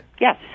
Yes